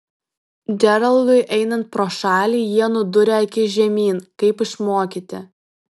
džeraldui einant pro šalį jie nudūrė akis žemyn kaip išmokyti